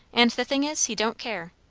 and the thing is, he don't care.